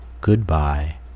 Goodbye